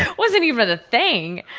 and wasn't even a thing,